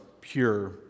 pure